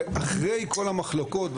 ואחרי כל המחלוקות,